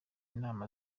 inama